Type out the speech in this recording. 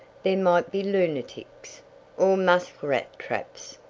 there might be lunatics or muskrat traps,